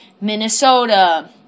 Minnesota